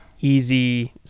easy